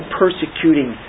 persecuting